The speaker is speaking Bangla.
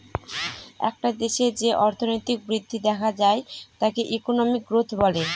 একটা দেশে যে অর্থনৈতিক বৃদ্ধি দেখা যায় তাকে ইকোনমিক গ্রোথ বলে